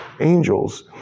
angels